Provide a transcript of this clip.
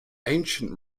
ancient